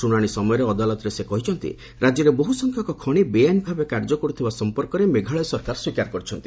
ଶୁଣାଣି ସମୟରେ ଅଦାଲତରେ ସେ କହିଛନ୍ତି ରାଜ୍ୟରେ ବହୁ ସଂଖ୍ୟକ ଖଣି ବେଆଇନ ଭାବେ କାର୍ଯ୍ୟ କରୁଥିବା ସମ୍ପର୍କରେ ମେଘାଳୟ ସରକାର ସ୍ୱୀକାର କରିଛନ୍ତି